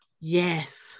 yes